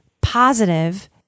positive